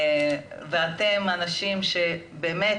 ואתם אנשים שבאמת,